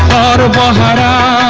da da da da